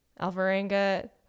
Alvarenga